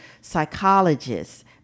psychologists